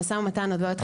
המשא-ומתן עוד לא התחיל.